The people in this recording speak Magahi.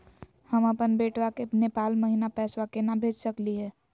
हम अपन बेटवा के नेपाल महिना पैसवा केना भेज सकली हे?